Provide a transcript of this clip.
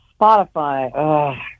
Spotify